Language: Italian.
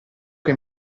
che